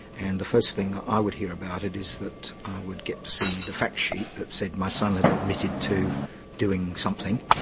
and the first thing i would hear about it is that i would get to see the fact sheet that said my son had admitted to doing something,